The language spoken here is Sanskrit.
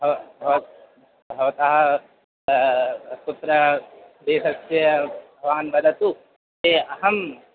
भवतः भवतः भवतः कुत्र देशस्य भवान् वदतु तत्र अहम्